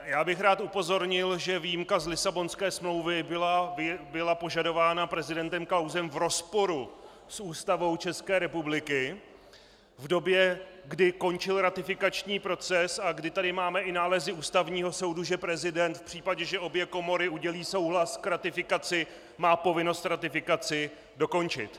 Já bych rád upozornil, že výjimka z Lisabonské smlouvy byla požadována prezidentem Klausem v rozporu s Ústavou České republiky v době, kdy končil ratifikační proces a kdy tady máme i nálezy Ústavního soudu, že prezident v případě, že obě komory udělí souhlas k ratifikaci, má povinnost ratifikaci dokončit.